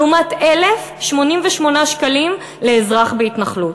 לעומת 1,088 שקלים לאזרח בהתנחלות.